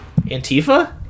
Antifa